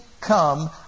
Come